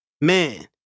Man